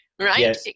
right